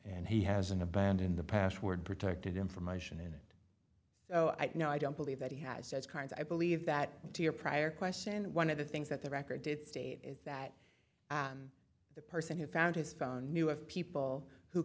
and he has an abandon the password protected information in it so i know i don't believe that he has said carnes i believe that to your prior question one of the things that the record did state is that the person who found his phone knew of people who